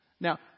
Now